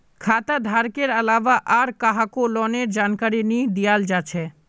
खाता धारकेर अलावा आर काहको लोनेर जानकारी नी दियाल जा छे